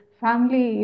family